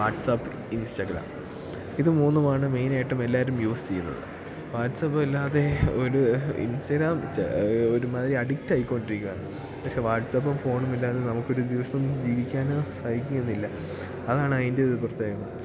WhatsApp Instagram ഇത് മൂന്നുമാണ് മെയിനായിട്ടും എല്ലാവരും യൂസ് ചെയ്യുന്നത് വാട്ട്സപ്പ് ഇല്ലാതെ ഒരു ഇൻസ്റ്റാഗ്രാം ഒരുമാതിരി അഡിക്റ്റായിക്കൊണ്ടിരിക്കുകയാണ് പക്ഷേ വാട്ട്സപ്പും ഫോണുമില്ലാതെ നമുക്കൊരു ദിവസം ജീവിക്കാനേ സാധിക്കുന്നില്ല അതാണ് അതിൻ്റെ ഒരു പ്രത്യേകത